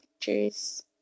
pictures